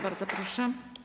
Bardzo proszę.